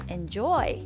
Enjoy